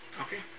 Okay